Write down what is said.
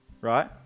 right